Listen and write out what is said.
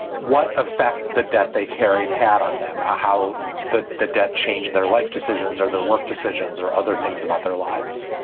what affect the debt they carried had on them? ah how the the debt changed their life decisions or their work decisions or other things about their lives?